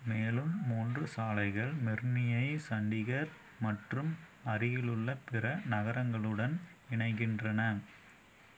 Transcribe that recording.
மேலும் மூன்று சாலைகள் மெர்னியை சண்டிகர் மற்றும் அருகிலுள்ள பிற நகரங்களுடன் இணைகின்றன